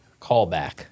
callback